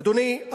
אדוני,